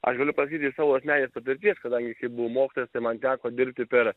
aš galiu pasakyti iš savo asmeninės patirties kadangi kai buvau mokytojas tai man teko dirbti per